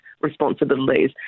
responsibilities